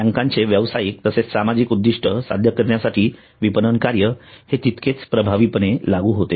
बँकांचे व्यावसायिक तसेच सामाजिक उद्दिष्ट साध्य करण्यासाठी विपणन कार्य हे तितकेच प्रभावीपणे लागू होते